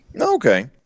Okay